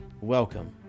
Welcome